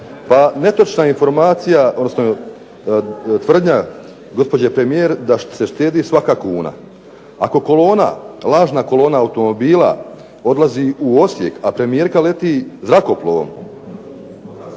Pa netočna tvrdnja gospođe premijerke da se štedi svaka kuna. Ako kolona, lažna kolona automobila odlazi u Osijek, a premijerka leti zrakoplovom,